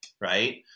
right